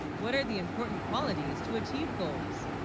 what are the important qualities to achieve goals